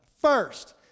First